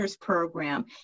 program